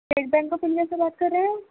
state Bank of India سے بات کر رہے ہیں آپ